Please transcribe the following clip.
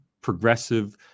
progressive